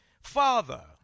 Father